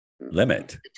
Limit